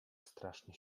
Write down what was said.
strasznie